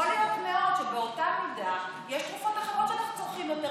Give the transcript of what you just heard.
יכול להיות מאוד שבאותה מידה יש תרופות אחרות שאנחנו צורכים יותר,